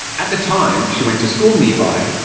at the time she went to school nearby,